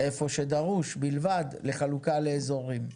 איפה שדרוש בלבד לחלוקה לאזורים.